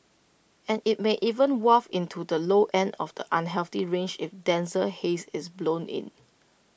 and IT may even waft into the low end of the unhealthy range if denser haze is blown in